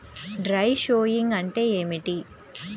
Dry sowing అంటే ఏమిటి?